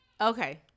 Okay